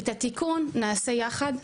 את התיקון נעשה יחד,